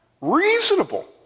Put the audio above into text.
reasonable